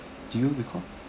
do you recall